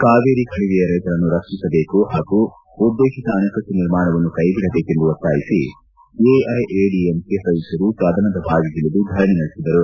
ಕಾವೇರಿ ಕಣಿವೆಯ ರೈತರನ್ನು ರಕ್ಷಿಸಬೇಕು ಹಾಗೂ ಉದ್ದೇಶಿತ ಅಣೆಕಟ್ಟು ನಿರ್ಮಾಣವನ್ನು ಕೈಬಿಡಬೇಕೆಂದು ಒತ್ತಾಯಿಸಿ ಎಐಎಡಿಎಂಕೆ ಸದಸ್ದರು ಸದನದ ಬಾವಿಗಿಳಿದು ಧರಣಿ ನಡೆಸಿದರು